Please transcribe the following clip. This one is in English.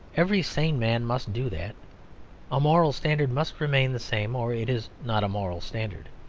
every sane man must do that a moral standard must remain the same or it is not a moral standard.